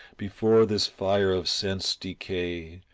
before this fire of sense decay,